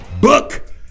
book